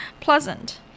pleasant